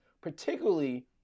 particularly